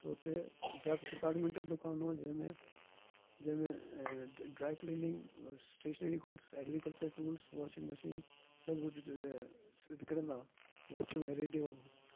त उते डॉक डिपाटमेंटल दुकानु हुओ जंहिंमें जंहिंमें dry cleaning stationery goods agriculture tools washing machine सभु हुते विकिणंदा हुआ वॉचूं ऐं रेडियो